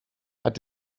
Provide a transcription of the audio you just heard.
hat